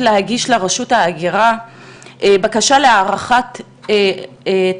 להגיש לרשות ההגירה בקשה להארכת